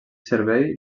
servei